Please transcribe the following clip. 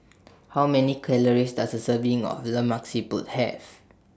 How Many Calories Does A Serving of Lemak Siput Have